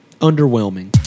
underwhelming